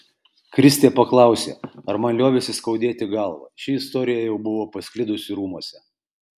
kristė paklausė ar man liovėsi skaudėti galvą ši istorija jau buvo pasklidusi rūmuose